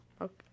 Okay